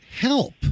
help